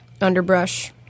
underbrush